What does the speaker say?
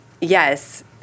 yes